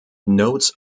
notes